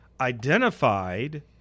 identified